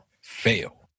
fail